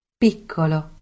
piccolo